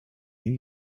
new